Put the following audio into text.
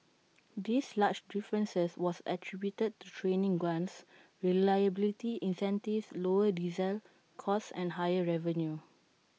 this large differences was attributed to training grants reliability incentives lower diesel costs and higher revenue